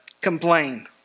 complain